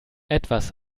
etwas